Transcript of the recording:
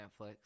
Netflix